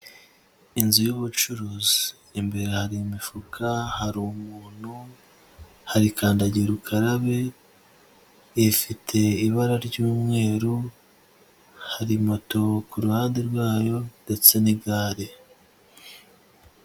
Inzu y'ubucuruzi, imbere hari imifuka, hari umuntu, hari kandagira ukarabe ifite ibara ry'umweru, hari moto ku ruhande rwayo ndetse n'igare.